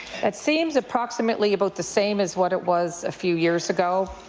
it seems approximately about the same as what it was a few years ago.